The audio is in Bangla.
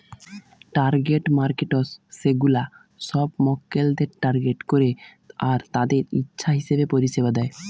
টার্গেট মার্কেটস সেগুলা সব মক্কেলদের টার্গেট করে আর তাদের ইচ্ছা হিসাবে পরিষেবা দেয়